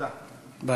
ביי.